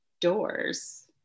doors